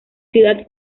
ciudad